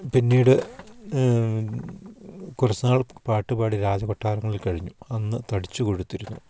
പിന്നീട് കുറച്ചുനാൾ പാട്ടുപാടി രാജകൊട്ടാരങ്ങളിൽ കഴിഞ്ഞു അന്ന് തടിച്ചു കൊഴുത്തിരുന്നു